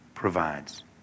provides